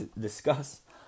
discuss